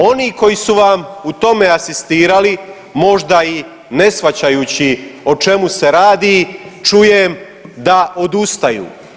Oni koji su vam u tome asistirali možda i ne shvaćajući o čemu se radi čujem da odustaju.